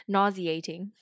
Nauseating